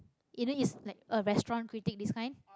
you know is like a restaurant critic this kind